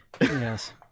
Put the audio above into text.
Yes